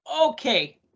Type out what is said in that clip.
okay